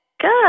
Good